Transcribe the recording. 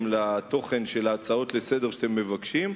לתוכן של ההצעות לסדר-היום שאתם מבקשים,